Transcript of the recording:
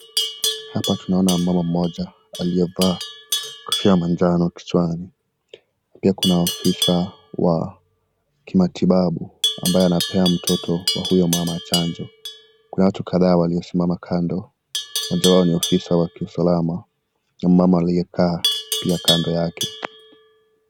Hapa tunaona mama mmoja aliyevaa kofia ya manjano kichwani. Na pia kuna ofisa wa kimatibabu ambaye anapea mtoto wa huyo mama chanjo. Kuna watu kadhaa waliosimama kando. Mmoja wao ni ofisa wa kiusalama na mama aliyekaa pia kando yake.